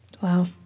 Wow